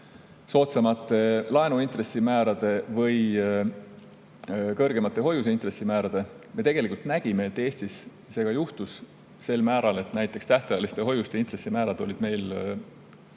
soodsamate laenuintressimäärade või kõrgemate hoiuseintressimäärade. Me tegelikult nägime, et Eestis see ka juhtus, näiteks tähtajaliste hoiuste intressimäärad olid meil